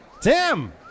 Tim